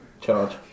charge